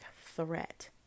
threat